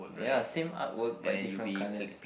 ya same art work but different colors